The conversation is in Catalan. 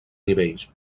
nivells